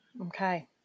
Okay